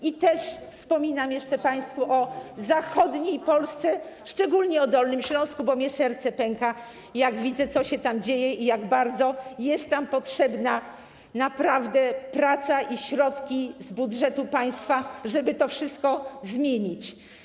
I też wspominam jeszcze państwu o... [[Czas.]] ...zachodniej Polsce, szczególnie o Dolnym Śląsku, bo mi serce pęka, jak widzę, co się tam dzieje, i jak bardzo naprawdę są tam potrzebne praca i środki z budżetu państwa, żeby to wszystko zmienić.